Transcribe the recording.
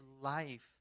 life